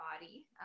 body